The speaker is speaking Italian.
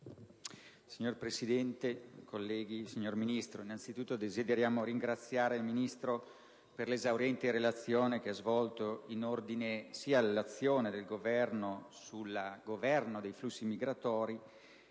Signor Presidente, colleghi, signor Ministro, desidero innanzitutto ringraziare il Ministro per l'esauriente relazione che ha svolto in ordine sia all'azione dell'Esecutivo sul governo dei flussi migratori